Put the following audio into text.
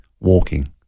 walking